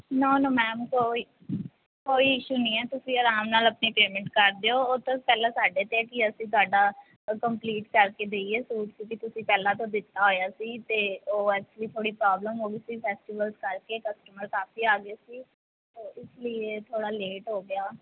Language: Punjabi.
ਨੋ ਨੋ ਮੈਮ ਕੋਈ ਕੋਈ ਇਸ਼ੂ ਨਹੀਂ ਹੈ ਤੁਸੀਂ ਆਰਾਮ ਨਾਲ ਆਪਣੀ ਪੇਮੈਂਟ ਕਰ ਦਿਓ ਉਹ ਤਾਂ ਪਹਿਲਾਂ ਸਾਡੇ 'ਤੇ ਕਿ ਅਸੀਂ ਤੁਹਾਡਾ ਕੰਪਲੀਟ ਕਰਕੇ ਦੇਈਏ ਸੂਟ ਕਿਉਂਕਿ ਤੁਸੀਂ ਪਹਿਲਾਂ ਤੋਂ ਦਿੱਤਾ ਹੋਇਆ ਸੀ ਅਤੇ ਉਹ ਐਕਚੁਲੀ ਥੋੜ੍ਹੀ ਪ੍ਰੋਬਲਮ ਹੋ ਗਈ ਸੀ ਫੈਸਟੀਵਲ ਕਰਕੇ ਕਸਟਮਰ ਕਾਫ਼ੀ ਆ ਗਏ ਸੀ ਇਸ ਲੀਏ ਥੋੜ੍ਹਾ ਲੇਟ ਹੋ ਗਿਆ